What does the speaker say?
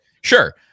sure